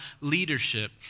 leadership